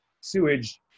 sewage